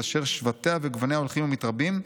אשר שבטיה וגווניה הולכים ומתרבים,